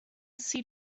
see